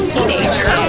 Teenager